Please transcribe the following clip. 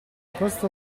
questo